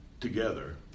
together